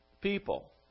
people